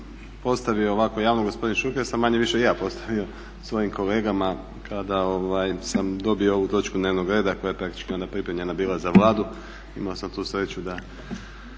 postavio ovako javno gospodin Šuker sam manje-više i ja postavio svojim kolegama kada sam dobio ovu točku dnevnog reda koja je praktički onda pripremljena bila za Vladu. Imao sam tu sreću da